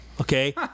Okay